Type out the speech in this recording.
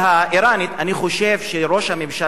אני חושב שראש הממשלה עשה,